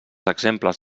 exemples